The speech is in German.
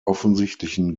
offensichtlichen